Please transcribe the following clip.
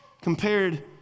compared